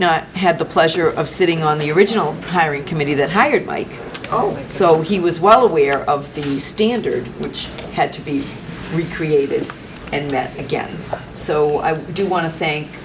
i had the pleasure of sitting on the original pirate committee that hired my oh so he was well aware of the standard which had to be recreated and yet again so i do want to thank